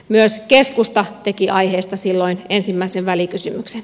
myös keskusta teki aiheesta silloin ensimmäisen välikysymyksen